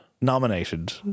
Nominated